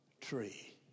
tree